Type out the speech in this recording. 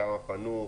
כמה פנו,